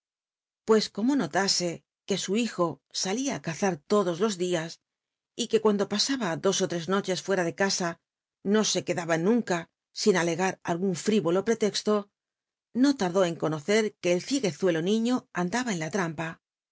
pues como notase r uc su hijo sal ia á cazar lodos los tlias r ue cuando pa ab t do ó lr s coche fu ra de casa no se quedaban nunca sin alegar al un frilolo pretexto no lardó en conocer que en ciz niño andaba en la trampa